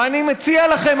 ואני מציע לכם,